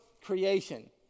creation